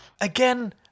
Again